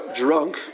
drunk